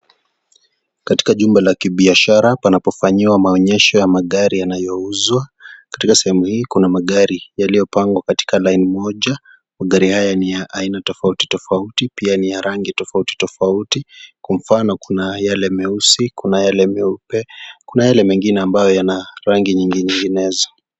Katika jumba la kibiashara panapofanyiwa maonyesho ya magari yanayouzwa. Katika sehemu hii kuna magari yaliyopangwa katika laini moja. Magari haya ni ya aina tofauti, tofauti pia ni ya rangi tofauti, tofauti. Kwa mfano, kuna yale meusi, kuna yale meupe, kuna yale mengine ambayo yana rangi nyinginezo.